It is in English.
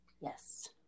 Yes